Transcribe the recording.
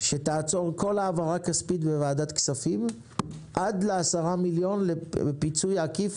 שתעצור כל העברה כספית בוועדת כספים עד לפיצוי עקיף